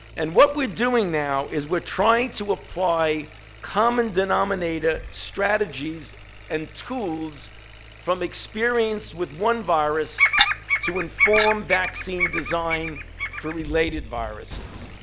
and what we're doing now is we're trying to apply common denominator strategies and tools from experience with one virus to inform vaccine design for related viruses,